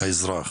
האזרח.